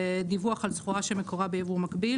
ודיווח על סחורה שמקורה בייבוא מקביל